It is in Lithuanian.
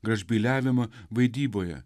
gražbyliavimą vaidyboje